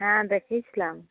হ্যাঁ দেখিয়েছিলাম